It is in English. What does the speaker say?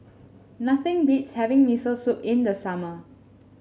nothing beats having Miso Soup in the summer